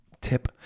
tip